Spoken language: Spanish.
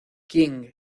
king